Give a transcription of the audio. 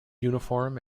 uniform